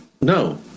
no